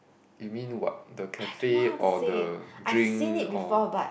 you mean what the cafe or the drink or